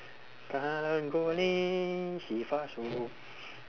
karang guni